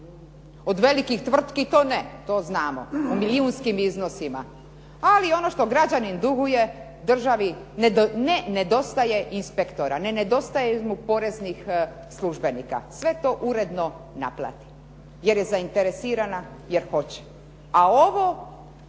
Od velikih tvrtki to ne, to znamo u milijunskim iznosima, ali ono što građanin duguje, državi ne ne nedostaje inspektora, ne nedostaje mu poreznih službenika, sve to uredno naplati. Jer je zainteresirana jer hoće, a ovo